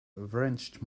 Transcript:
wrenched